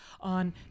on